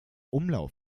umlauf